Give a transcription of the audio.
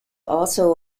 also